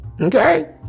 Okay